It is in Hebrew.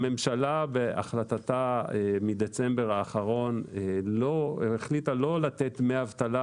הממשלה בהחלטה מדצמבר האחרון החליטה לא לתת דמי אבטלה